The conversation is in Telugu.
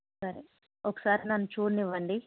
సరే ఒకసారి నన్ను చూడనివ్వండి